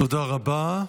תודה רבה.